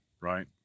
right